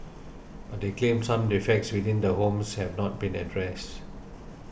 but they claimed some defects within the homes have not been addressed